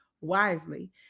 wisely